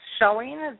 showing